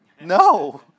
No